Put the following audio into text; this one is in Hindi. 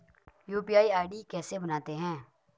यु.पी.आई आई.डी कैसे बनाते हैं?